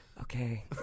Okay